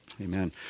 Amen